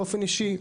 באופן אישי,